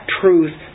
truth